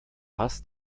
hast